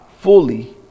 fully